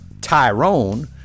Tyrone